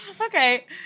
Okay